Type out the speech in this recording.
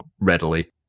readily